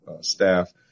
staff